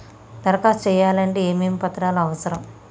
దరఖాస్తు చేయాలంటే ఏమేమి పత్రాలు అవసరం?